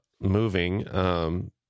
moving